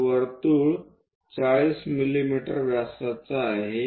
तर वर्तुळ 40 मिमी व्यासाचा आहे